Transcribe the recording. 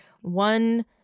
one